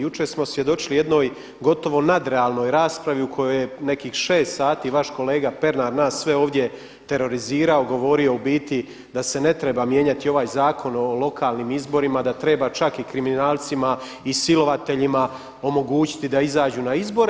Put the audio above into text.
Jučer smo svjedočili jednoj gotovo nadrealnoj raspravi u kojoj je nekih 6 sati vaš kolega Pernar nas sve ovdje terorizirao, govorio u biti da se ne treba mijenjati ovaj Zakon o lokalnim izborima, da treba čak i kriminalcima i silovateljima omogućiti da izađu na izboru.